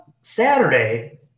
Saturday